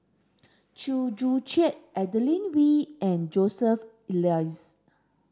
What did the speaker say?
Chew Joo Chiat Adeline Ooi and Joseph Elias